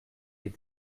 est